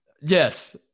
Yes